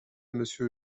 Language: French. monsieur